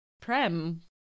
Prem